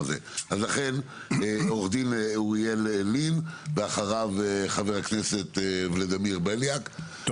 עורך דין אוריאל לין ולאחריו חבר הכנסת ולדימיר בליאק,